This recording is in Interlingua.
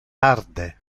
tarde